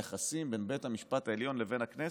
היחסים בין בית המשפט העליון לבין הכנסת,